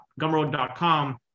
Gumroad.com